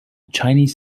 chinese